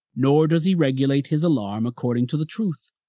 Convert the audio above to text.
nor does he regulate his alarm according to the truth.